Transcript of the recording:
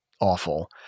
awful